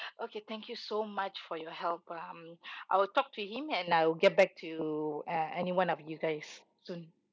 okay thank you so much for your help um I will talk to him and I will get back to uh anyone of you guys soon